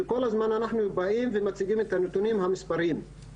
שכל הזמן אנחנו באים ומציגים את הנתונים המספריים,